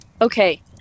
okay